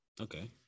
Okay